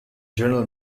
general